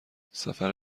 سفر